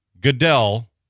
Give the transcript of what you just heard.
Goodell